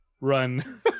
run